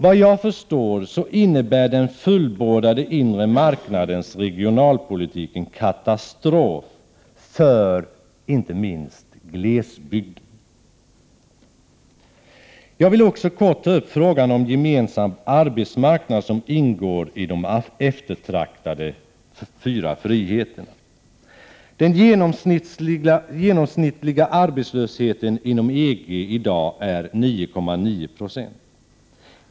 Vad jag förstår innebär den fullbordade inre marknadens regionalpolitik en katastrof för inte minst glesbygder. Jag vill också kort ta upp frågan om gemensam arbetsmarknad, som ingår i de eftertraktade fyra friheterna. Den genomsnittliga arbetslösheten inom EG i dag är 9,9 20.